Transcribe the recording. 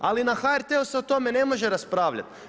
Ali na HRT-u se o tome ne može raspravljati.